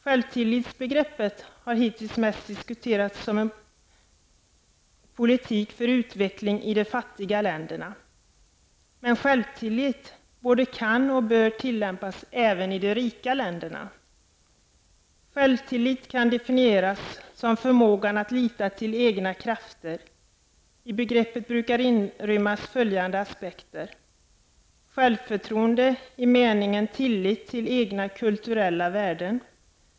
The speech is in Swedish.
Självtillitsbegreppet har hittills mest diskuterats som en politik för utveckling i de fattiga länderna. Men självtillit både kan och bör tillämpas även i de rika länderna. Självtillit kan definieras som förmågan att lita till egna krafter. I begreppet brukar inrymmas följande aspekter: Självförtroende i meningen tillit till egna kulturella värden.